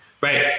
right